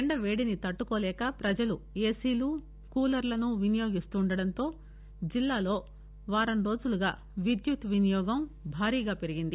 ఎండ వేడిని తట్టుకోలేక పజలు ఏసీలు కూలర్లను వినియోగిస్తుండటంతో జిల్లాలో వారం రోజులుగా విద్యుత్తు వినియోగం భారీగా పెరిగింది